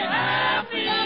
happy